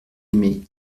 aimé